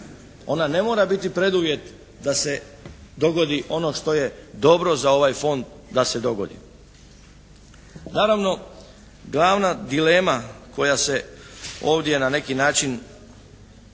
Ona ne mora biti preduvjet da se dogodi ono što je dobro za ovaj Fond da se dogodi. Naravno glavna dilema koja se ovdje na neki način